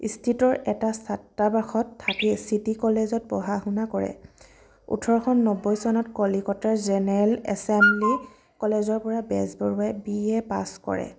স্থিত এটা ছাত্ৰাবাসত থাকি চিটি কলেজত পঢ়া শুনা কৰে ওঠৰশ নব্বৈ চনত কলিকতাৰ জেনেৰেল এচেম্বলি কলেজৰ পৰা বেজবৰুৱাই বি এ পাছ কৰে